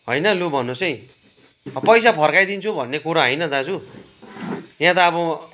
हैन लु भन्नुहोसै पैसा फर्काइदिन्छु भन्ने कुरा होइन दाजु यहाँ त अब